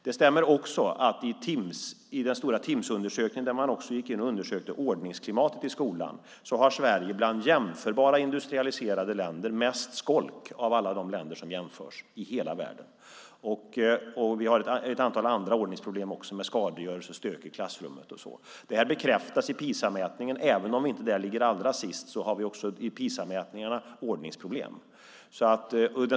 Det stämmer också att i den stora Timssundersökningen, där man också undersökte ordningsklimatet i skolan, har Sverige mest skolk av alla de industrialiserade länder som jämförs i hela världen. Vi har också ett antal andra ordningsproblem som skadegörelse, stök i klassrum etcetera. Det här bekräftas i PISA-mätningen. Även om vi inte där ligger allra sist har vi också enligt PISA-mätningarna ordningsproblem.